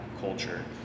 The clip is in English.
culture